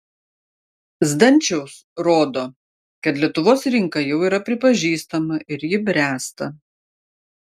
zdančiaus rodo kad lietuvos rinka jau yra pripažįstama ir ji bręsta